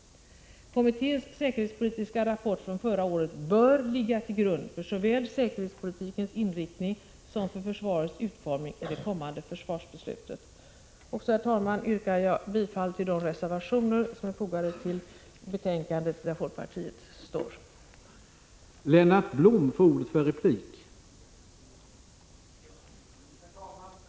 Kommitténs säkerhetspolitiska rapport från förra våren bör ligga till grund såväl för säkerhetspolitikens inriktning som för försvarets utformning i det kommande försvarsbeslutet. Herr talman! Jag yrkar bifall till de reservationer i betänkandet där folkpartiets representanter finns med.